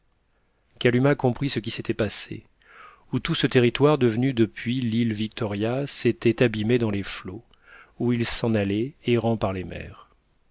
kalumah comprit ce qui s'était passé ou tout ce territoire devenu depuis l'île victoria s'était abîmé dans les flots ou il s'en allait errant par les mers